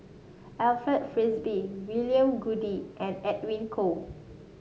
Alfred Frisby William Goode and Edwin Koek